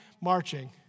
marching